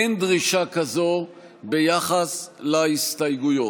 אין דרישה כזו ביחס להסתייגויות.